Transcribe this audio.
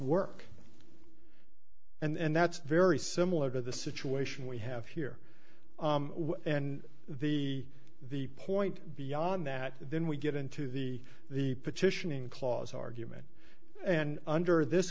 work and that's very similar to the situation we have here and the the point beyond that then we get into the the petitioning clause argument and under this